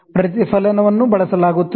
ಪ್ರತಿಫಲನವನ್ನು ಬಳಸಲಾಗುತ್ತದೆ